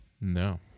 No